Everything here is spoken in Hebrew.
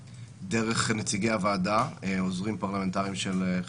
חבר הכנסת בגין ציין את מה שנקרא אזרחים עולים שאינם רשומים,